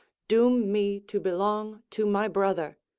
doom me to belong to my brother.